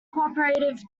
cooperative